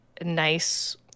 nice